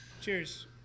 Cheers